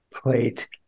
plate